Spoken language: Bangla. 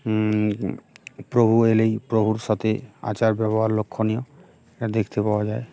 প্রভু এলেই প্রভুর সাথে আচার ব্যবহার লক্ষণীয় এটা দেখতে পাওয়া যায়